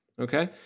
Okay